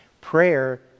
Prayer